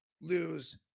lose